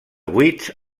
buits